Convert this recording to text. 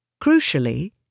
Crucially